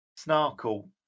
Snarkle